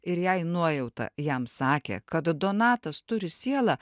ir jei nuojauta jam sakė kad donatas turi sielą